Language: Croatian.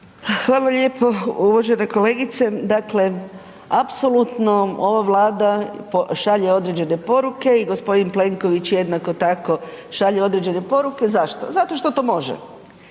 Hvala lijepo uvažena kolegice. Dakle, apsolutno ova Vlada šalje određene poruke i g. Plenković jednako tako, šalje određene poruke. Zašto? Zato što to može.